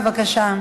בבקשה.